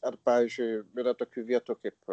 ar pavyzdžiui yra tokių vietų kaip